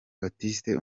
baptiste